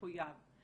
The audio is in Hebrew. מחויב,